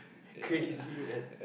crazy right